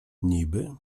niby